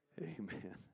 Amen